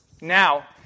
Now